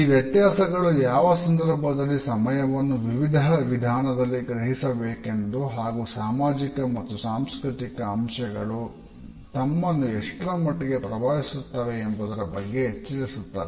ಈ ವ್ಯತ್ಯಾಸಗಳು ಯಾವ ಸಂದರ್ಭದಲ್ಲಿ ಸಮಯವನ್ನು ವಿವಿಧ ವಿಧಾನದಲ್ಲಿ ಗ್ರಹಿಸಬೇಕೆಂದು ಹಾಗೂ ಸಾಮಾಜಿಕ ಮತ್ತು ಸಾಂಸ್ಕೃತಿಕ ಅಂಶಗಳು ನಮ್ಮನ್ನು ಎಷ್ಟರಮಟ್ಟಿಗೆ ಪ್ರಭಾವಿಸುತ್ತವೆ ಎಂಬುದರ ಬಗ್ಗೆ ಎಚ್ಚರಿಸುತ್ತದೆ